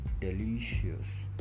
delicious